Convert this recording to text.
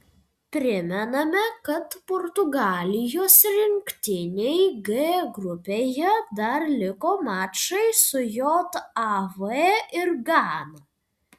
primename kad portugalijos rinktinei g grupėje dar liko mačai su jav ir gana